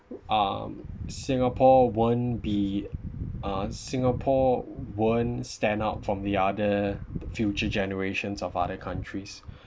um singapore won't be uh singapore won't stand out from the other future generations of other countries